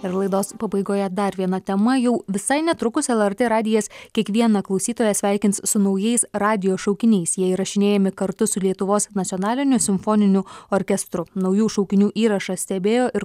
ir laidos pabaigoje dar viena tema jau visai netrukus lrt radijas kiekvieną klausytoją sveikins su naujais radijo šaukiniais jie įrašinėjami kartu su lietuvos nacionaliniu simfoniniu orkestru naujų šaukinių įrašą stebėjo ir